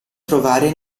trovare